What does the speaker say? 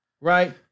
right